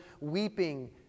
weeping